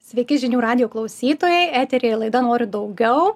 sveiki žinių radijo klausytojai eteryje laida noriu daugiau